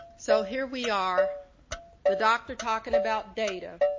so here we r the doctor talking about data.